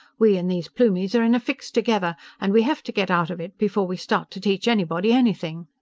we and these plumies are in a fix together, and we have to get out of it before we start to teach anybody anything!